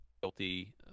guilty